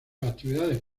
actividades